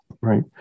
right